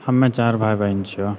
हमे चारि भाय बहिन छियौ